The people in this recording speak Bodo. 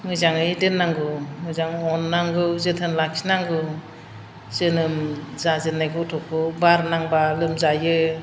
मोजाङै दोननांगौ मोजां अननांगौ जोथोन लाखिनांगौ जोनोम जाजेननाय गथ'खौ बार नांबा लोमजायो